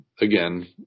again